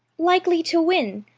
likely to win,